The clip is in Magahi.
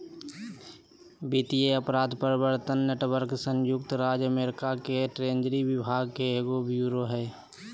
वित्तीय अपराध प्रवर्तन नेटवर्क संयुक्त राज्य अमेरिका के ट्रेजरी विभाग के एगो ब्यूरो हइ